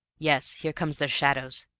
yes, here come their shadows.